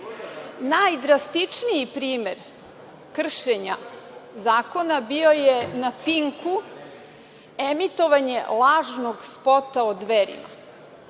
meseca. Najdrastičniji primer kršenja zakona bio je na „Pinku“, emitovanje lažnog spota o Dverima.